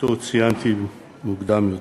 שציינתי מוקדם יותר.